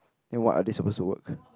then what are they supposed to work